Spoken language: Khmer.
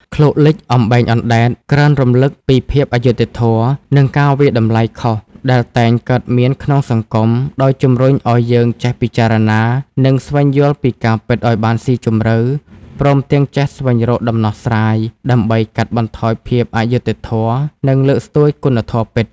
ឃ្លោកលិច អំបែងអណ្ដែត ក្រើនរំលឹកពីភាពអយុត្តិធម៌ និងការវាយតម្លៃខុសដែលតែងកើតមានក្នុងសង្គម ដោយជំរុញឲ្យយើងចេះពិចារណា និងស្វែងយល់ពីការពិតឲ្យបានស៊ីជម្រៅ ព្រមទាំងចេះស្វែងរកដំណោះស្រាយ ដើម្បីកាត់បន្ថយភាពអយុត្តិធម៌ និងលើកស្ទួយគុណធម៌ពិត។។